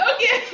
Okay